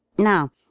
Now